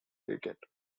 cricket